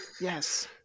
yes